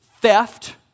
theft